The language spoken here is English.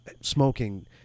smoking